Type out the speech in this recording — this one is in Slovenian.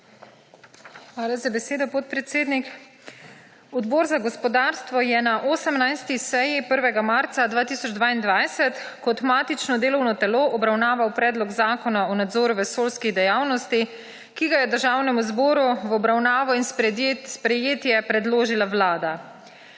Hvala za besedo, podpredsednik. Odbor za gospodarstvo je na 18. seji 1. marca 2022 kot matično delovno telo obravnaval Predlog zakona o nadzoru vesoljskih dejavnosti, ki ga je Državnemu zboru v obravnavo in sprejetje predložila Vlada.